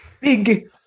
big